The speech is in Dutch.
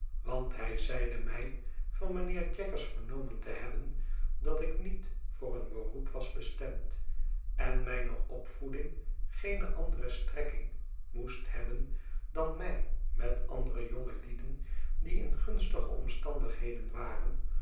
want hij zeide mij van mijnheer jaggers vernomen te hebben dat ik niet voor een beroep was bestemd en mijne opvoeding geene andere strekking moest hebben dan mij met andere jongelieden die in gunstige omstandigheden waren